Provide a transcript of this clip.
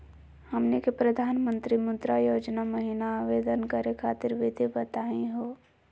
हमनी के प्रधानमंत्री मुद्रा योजना महिना आवेदन करे खातीर विधि बताही हो?